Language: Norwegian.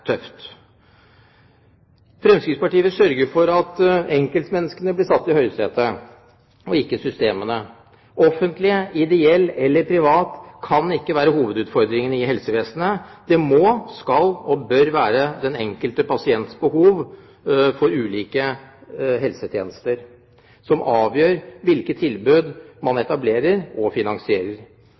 Fremskrittspartiet vil sørge for at enkeltmenneskene blir satt i høysetet, ikke systemene. Offentlig, ideell eller privat – dette kan ikke være hovedutfordringen i helsevesenet. Det må, skal og bør være den enkelte pasients behov for ulike typer helsetjenester som avgjør hvilke tilbud man etablerer og finansierer.